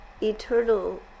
eternal